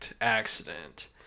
accident